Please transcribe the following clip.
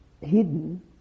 hidden